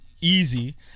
Easy